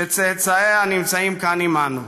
שצאצאיה נמצאים כאן עימנו: